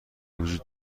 وجود